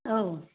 औ